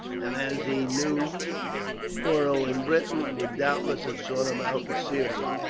and as he knew muro in britain, would doubtless have sought him out in syria,